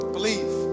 Believe